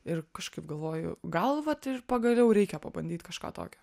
ir kažkaip galvoju gal vat ir pagaliau reikia pabandyti kažką tokio